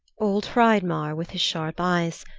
old hreidmar with his sharp eyes,